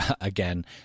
again